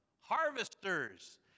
Harvesters